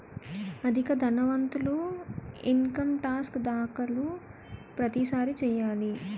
అధిక ధనవంతులు income tax దాఖలు ప్రతిసారి చేయాలి